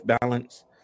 balance